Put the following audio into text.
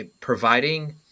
providing